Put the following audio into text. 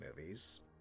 movies